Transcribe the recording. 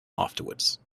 afterwards